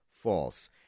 false